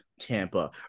Tampa